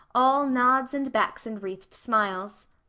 all nods and becks and wreathed smiles.